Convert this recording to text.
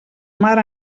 mar